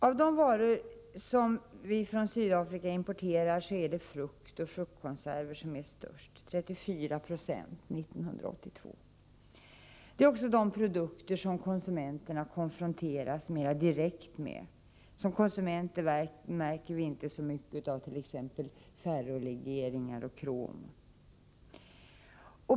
Av de varor från Sydafrika som vi importerar svarar frukt och fruktkonserver för den största delen — 34 96 1982. Det är också de produkter vi som konsumenter konfronteras mera direkt med. Vi märker inte så mycket av t.ex. ferrolegeringar och krom.